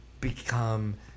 become